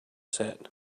set